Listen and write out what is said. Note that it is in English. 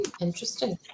interesting